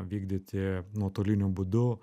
vykdyti nuotoliniu būdu